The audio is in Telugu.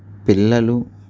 పిల్లలు